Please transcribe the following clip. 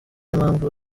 impamvu